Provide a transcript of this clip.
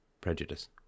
prejudice